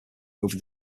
over